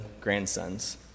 grandsons